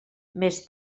més